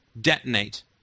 detonate